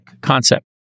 concept